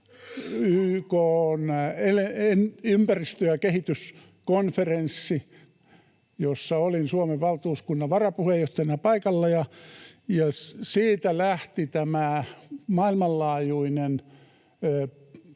YK:n ympäristö- ja kehityskonferenssi, jossa olin Suomen valtuuskunnan varapuheenjohtajana paikalla, ja siitä lähti tämä maailmanlaajuinen